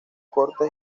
cortes